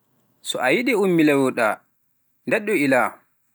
So a yiɗi ummilowoo-ɗaa daɗɗu ilaa.